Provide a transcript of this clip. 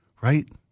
right